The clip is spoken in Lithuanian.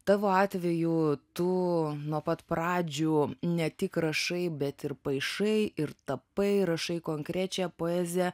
tavo atveju tu nuo pat pradžių ne tik rašai bet ir paišai ir tapai rašai konkrečią poeziją